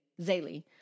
Zayli